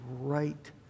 right